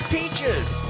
Peaches